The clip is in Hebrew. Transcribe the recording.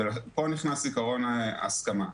ופה נכנס עיקרון ההסכמה.